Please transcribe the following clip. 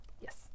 yes